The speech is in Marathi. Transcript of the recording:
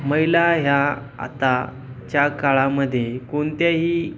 महिला ह्या आताच्या काळामध्ये कोणत्याही